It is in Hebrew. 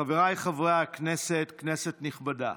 חבריי חברי הכנסת, כנסת נכבדה,